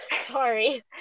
Sorry